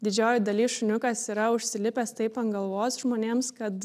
didžiojoj daly šuniukas yra užsilipęs taip ant galvos žmonėms kad